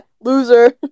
loser